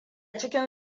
cikin